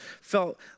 felt